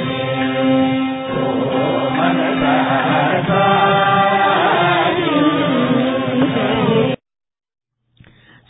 music voice